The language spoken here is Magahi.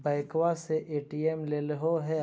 बैंकवा से ए.टी.एम लेलहो है?